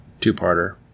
Two-parter